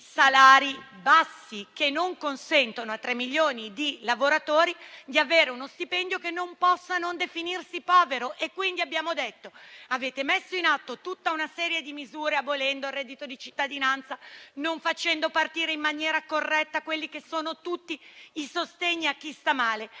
salari bassi, che non consentono a tre milioni di lavoratori di avere uno stipendio che non possa non definirsi povero. Vi abbiamo detto quindi che avete messo in atto tutta una serie di misure, abolendo il reddito di cittadinanza e non facendo partire in maniera corretta tutti i sostegni a chi sta male,